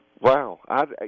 wow